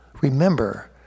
Remember